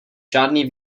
žádný